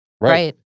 Right